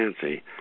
fancy